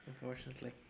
unfortunately